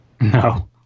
No